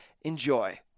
Enjoy